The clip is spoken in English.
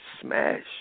smash